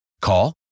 Call